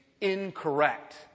incorrect